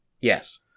Yes